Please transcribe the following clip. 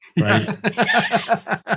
right